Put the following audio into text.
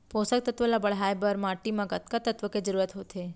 पोसक तत्व ला बढ़ाये बर माटी म कतका तत्व के जरूरत होथे?